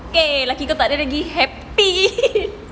okay laki kau takde happy